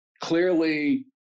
clearly